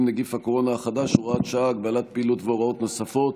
נגיף הקורונה החדש (הוראת שעה) (הגבלת פעילות והוראות נוספות)